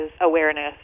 awareness